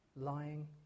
lying